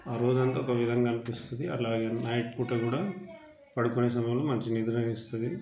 రోజంత ఒక విధంగా అనిపిస్తది అట్లాగే నైట్ పూట కూడా పడుకొనే సమయములో మంచినిద్ర కలిగిస్తుంది